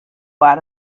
out